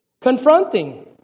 confronting